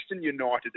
United